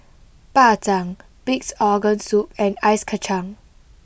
Bak Chang Pig'S Organ Soup and Ice Kachang